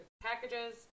packages